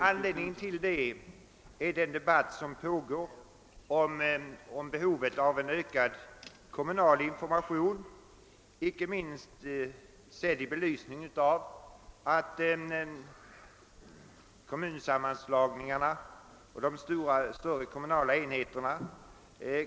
Anledningen härtill är den debatt som nu föres om behovet av ökad kommunal information, ett behov som blir större i och med att vi efter kommunsammanslagningarna får större kommunala enheter.